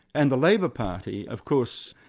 and the labor party of course,